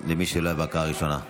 למי שלא היה בקריאה הראשונה.